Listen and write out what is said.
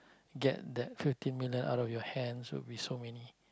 get that fifteen million out of your hands will be so many